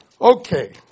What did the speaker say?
Okay